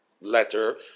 letter